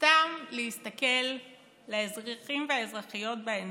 סתם להסתכל לאזרחים ולאזרחיות בעיניים,